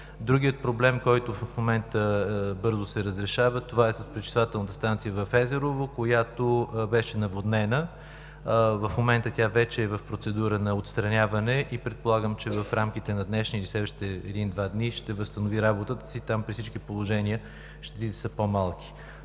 Другият проблем, който в момента бързо се разрешава, е с пречиствателната станция в Езерово, която беше наводнена. В момента тя вече е в процедура на отстраняване и предполагам, че в рамките на днешния или следващите един-два дни ще възстанови работата си. Там при всички положения щетите са по-малки.